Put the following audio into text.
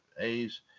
A's